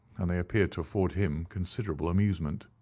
and they appeared to afford him considerable amusement.